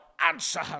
answer